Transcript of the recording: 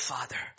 Father